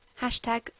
Hashtag